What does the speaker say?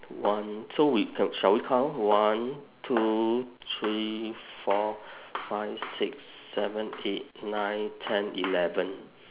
one so we shall shall we count one two three four five six seven eight nine ten eleven